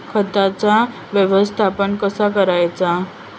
खताचा व्यवस्थापन कसा करायचा?